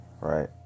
right